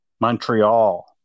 Montreal